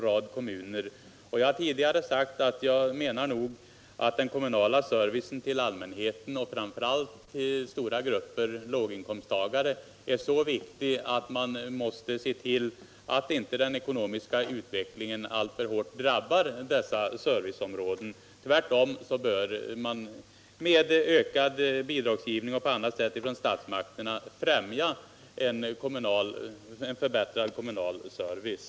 Jag har tidigare sagt att den kommunala servicen till allmänheten, framför allt till stora grupper låginkomsttagare, är så viktig att vi måste se till att den ekonomiska utvecklingen inte alltför hårt drabbar dessa serviceområden. Statsmakterna bör tvärtom med ökad bidragsgivning och på annat sätt främja en förbättrad kommunal service.